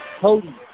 Cody